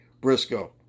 Briscoe